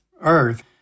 earth